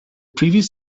previous